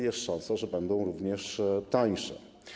Jest szansa, że będą również tańsze.